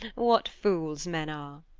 what fools men are!